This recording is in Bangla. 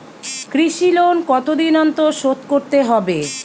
কৃষি লোন কতদিন অন্তর শোধ করতে হবে?